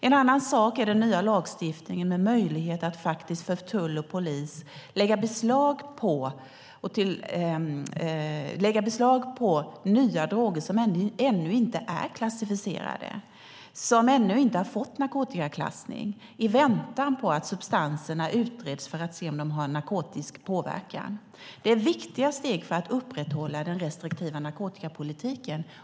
En annan sak är den nya lagstiftningen som ger möjlighet för tull och polis att lägga beslag på nya droger som ännu inte är klassificerade, som ännu inte har fått narkotikaklassning, i väntan på att substanserna utreds för att se om de har en narkotisk påverkan. Det här är viktiga steg för att upprätthålla den restriktiva narkotikapolitiken.